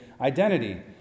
identity